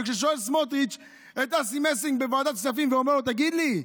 וכששואל סמוטריץ' את אסי מסינג בוועדת כספים ואומר לו: תגיד לי,